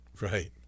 Right